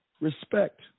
respect